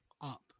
up